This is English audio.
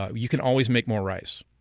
ah you can always make more rice.